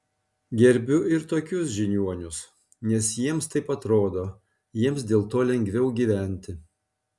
gerbiu ir tokius žiniuonius nes jiems taip atrodo jiems dėl to lengviau gyventi